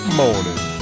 morning